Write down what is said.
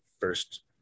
first